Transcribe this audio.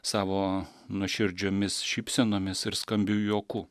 savo nuoširdžiomis šypsenomis ir skambiu juoku